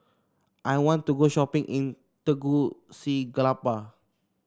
I want to go shopping in Tegucigalpa